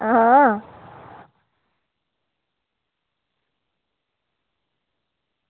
आं